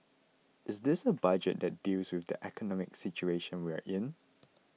is this a Budget that deals with the economic situation we are in